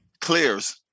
Clears